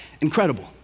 Incredible